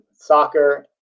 soccer